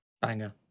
banger